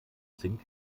zink